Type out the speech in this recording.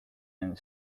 and